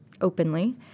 openly